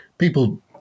people